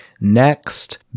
next